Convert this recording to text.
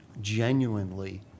genuinely